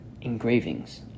engravings